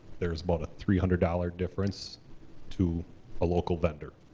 there's about a three hundred dollar difference to a local vendor.